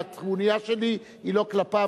והטרוניה שלי היא לא כלפיו,